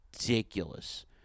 ridiculous